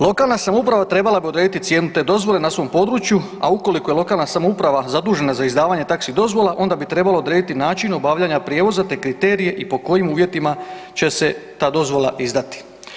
Lokalna samouprava bi trebala odrediti cijenu te dozvole na svom području, a ukoliko je lokalna samouprava zadužena za izdavanje taxi vozila onda bi trebalo odrediti način obavljanja prijevoza te kriterije i po kojim uvjetima će se ta dozvola izdati.